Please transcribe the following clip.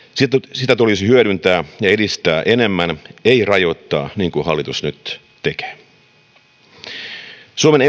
sitä tulisi hyödyntää ja edistää enemmän ei rajoittaa niin kuin hallitus nyt tekee suomen